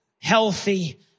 healthy